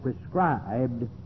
prescribed